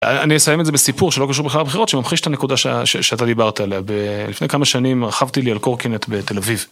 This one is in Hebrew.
אני אסיים את זה בסיפור שלא קשור בכלל לבחירות שממחיש את הנקודה שאתה דיברת עליה, לפני כמה שנים רכבתי לי על קורקינט בתל אביב.